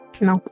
No